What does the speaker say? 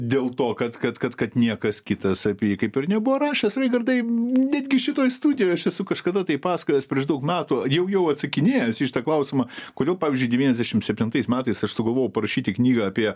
dėl to kad kad kad kad niekas kitas apie jį kaip ir nebuvo rašęs reichardai netgi šitoj studijoj aš esu kažkada tai pasakojęs prieš daug metų jau jau atsakinėjęs į šitą klausimą kodėl pavyzdžiui devyniasdešimt septintais metais aš sugalvojau parašyti knygą apie